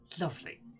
Lovely